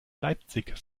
leipzig